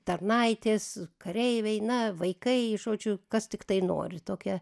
tarnaitės kareiviai na vaikai žodžiu kas tiktai nori tokią